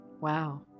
Wow